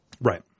Right